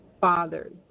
fathers